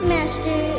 Master